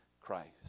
Christ